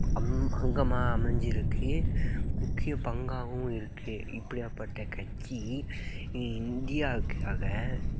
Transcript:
அம் அங்கமாக அமைஞ்சு இருக்குது முக்கிய பங்காகவும் இருக்குது இப்படிப்பட்ட கட்சி இந்தியாவுக்காக